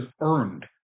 earned